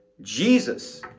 Jesus